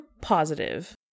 positive